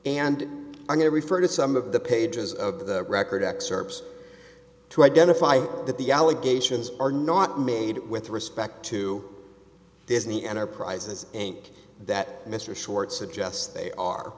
and i'm going to refer to some of the pages of the record excerpts to identify that the allegations are not made with respect to disney enterprises inc that mr short suggests they are